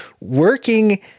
working